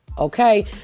Okay